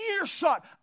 earshot